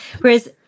whereas